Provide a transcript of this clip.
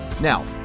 Now